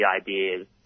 ideas